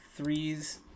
threes